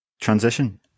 transition